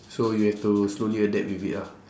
so you have to slowly adapt with it ah